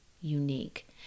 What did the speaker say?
unique